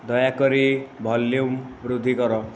ଦୟାକରି ଭଲ୍ୟୁମ୍ ବୃଦ୍ଧି କର